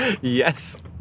Yes